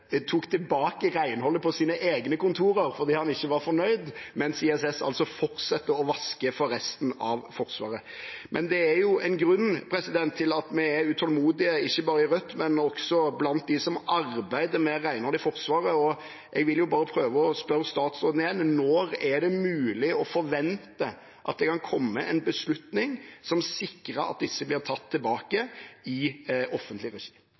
tok tilbake renholdet på sine egne kontorer fordi han ikke var fornøyd, mens ISS fortsatte å vaske for resten av Forsvaret. Det er en grunn til at vi er utålmodige – ikke bare i Rødt, men også blant dem som arbeider med renhold i Forsvaret. Jeg vil prøve å spørre statsråden igjen: Når er det mulig å forvente at det kan komme en beslutning som sikrer at disse blir tatt tilbake i offentlig regi?